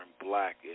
black